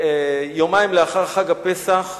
יומיים לאחר חג הפסח,